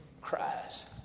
cries